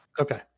Okay